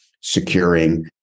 securing